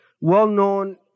well-known